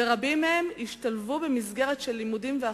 ורבים מהם השתלבו במסגרת של לימודים והכשרות,